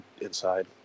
inside